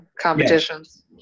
competitions